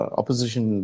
opposition